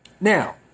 Now